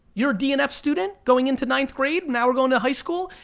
you're a d and f student going into ninth grade, now we're going to high school?